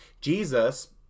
Jesus